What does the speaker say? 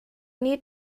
need